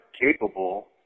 capable